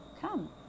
Come